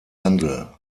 handel